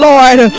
Lord